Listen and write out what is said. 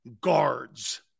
Guards